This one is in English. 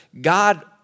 God